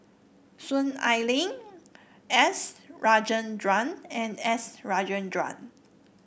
Soon Ai Ling S Rajendran and S Rajendran